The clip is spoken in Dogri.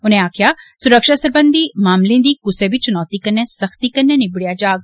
उनें आक्खेआ सुरक्षा सरबंधी मामलें दी कुसै बी चुनौती कन्नै सख्ती कन्नै निबड़ेया जाग